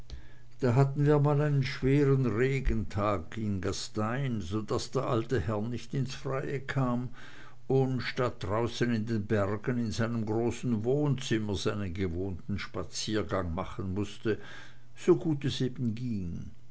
da hatten wir mal einen schweren regentag in gastein so daß der alte herr nicht ins freie kam und statt draußen in den bergen in seinem großen wohnzimmer seinen gewohnten spaziergang machen mußte so gut es eben ging